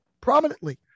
prominently